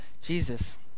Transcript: Jesus